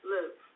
Live